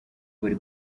abari